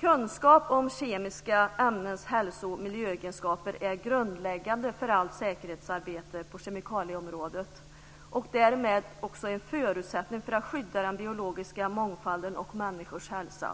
Kunskap om kemiska ämnens hälso och miljöegenskaper är grundläggande för allt säkerhetsarbete på kemikalieområdet, och därmed också en förutsättning för att skydda den biologiska mångfalden och människors hälsa.